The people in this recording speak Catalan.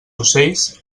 ocells